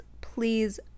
please